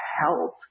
help